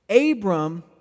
Abram